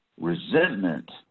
resentment